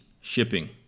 Shipping